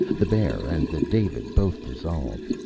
the bear and the david both dissolved.